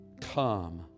Come